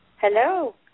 Hello